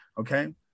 okay